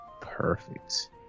Perfect